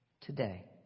Today